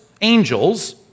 angels